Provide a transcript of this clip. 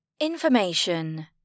Information